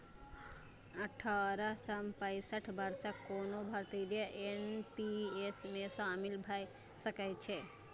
अठारह सं पैंसठ वर्षक कोनो भारतीय एन.पी.एस मे शामिल भए सकै छै